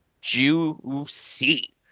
Juicy